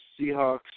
Seahawks